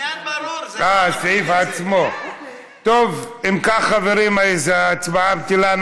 אם כך חברים, ההצבעה בטלה.